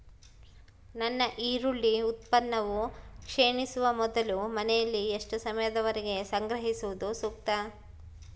ನನ್ನ ಈರುಳ್ಳಿ ಉತ್ಪನ್ನವು ಕ್ಷೇಣಿಸುವ ಮೊದಲು ಮನೆಯಲ್ಲಿ ಎಷ್ಟು ಸಮಯದವರೆಗೆ ಸಂಗ್ರಹಿಸುವುದು ಸೂಕ್ತ?